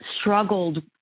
struggled